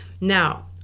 Now